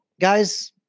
guys